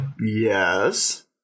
Yes